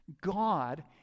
God